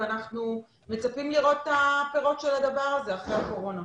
אנחנו מצפים לראות את הפירות של הדבר הזה אחרי הקורונה.